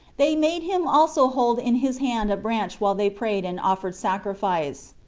they made him also hold in his hand a branch while they prayed and offered sacrifice.